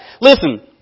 Listen